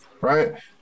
right